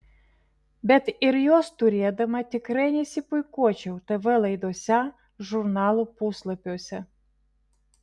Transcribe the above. bet ir juos turėdama tikrai nesipuikuočiau tv laidose žurnalų puslapiuose